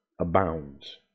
abounds